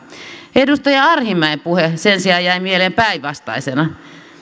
edustaja arhinmäen puhe sen sijaan jäi mieleen päinvastaisena